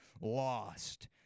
lost